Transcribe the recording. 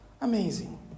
Amazing